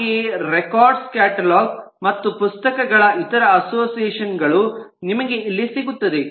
ಹಾಗೆಯೇ records catalogue ಮತ್ತು ಪುಸ್ತಕಗಳ ಇತರೆ ಅಸೋಸಿಯೇಷನ್ ಗಳು ನಿಮಗೆ ಇಲ್ಲಿ ಸಿಗುತ್ತದೆ